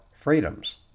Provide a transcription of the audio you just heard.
freedoms